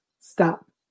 stop